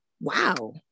Wow